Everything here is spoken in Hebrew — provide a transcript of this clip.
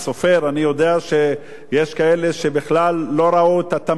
אני יודע שיש כאלה שבכלל לא ראו את התמלוגים.